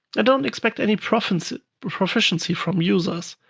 i don't expect any proficiency proficiency from users.